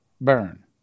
burn